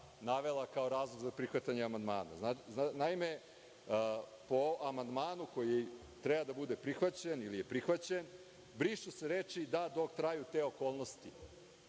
navela kao razlog za prihvatanje amandmana. Naime, po amandmanu koji treba da bude prihvaćen ili je prihvaćen brišu se reči: „dok traju te okolnosti“.